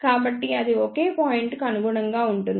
కాబట్టి అది ఒకే పాయింట్ కు అనుగుణంగా ఉంటుంది